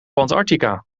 antarctica